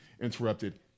interrupted